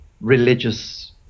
religious